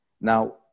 Now